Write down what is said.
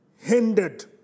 hindered